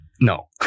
No